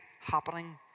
happening